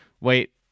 wait